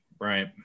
Right